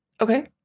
Okay